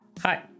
Hi